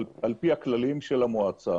אבל על פי הכללים של המועצה